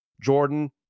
Jordan